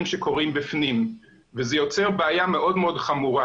שקורים בפנים וזה יוצר בעיה מאוד מאוד חמורה.